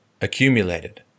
accumulated